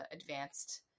advanced